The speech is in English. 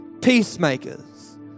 peacemakers